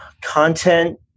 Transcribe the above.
Content